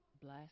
bless